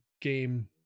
game